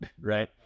right